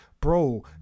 Bro